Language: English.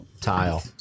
Tile